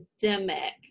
pandemic